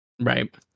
Right